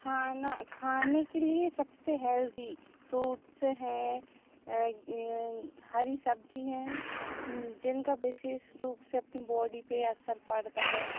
खाना खाने के लिए सबसे हेल्थी फूड्स हैं हरी सब्ज़ी है जिनका विशेष रूप से अपनी बॉडी पर असर पड़ता है